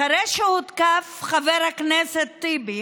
אחרי שהותקף חבר הכנסת טיבי